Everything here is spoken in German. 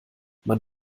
man